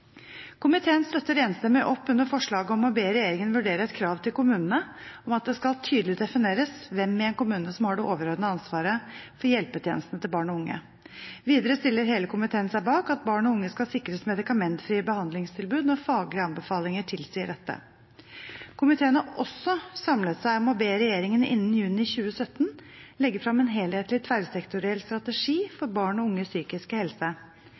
Komiteen støtter enstemmig opp under forslaget om å be regjeringen vurdere et krav til kommunene om at det skal tydelig defineres hvem i en kommune som har det overordnede ansvaret for hjelpetjenestene til barn og unge. Videre stiller hele komiteen seg bak at barn og unge skal sikres medikamentfrie behandlingstilbud når faglige anbefalinger tilsier dette. Komiteen har også samlet seg om å be regjeringen innen juni 2017 legge frem en helhetlig tverrsektoriell strategi for barn og unges psykiske helse.